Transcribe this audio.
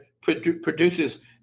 produces